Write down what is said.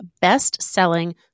best-selling